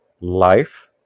life